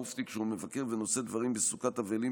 המופתי כשהוא מבקר ונושא דברים בסוכת אבלים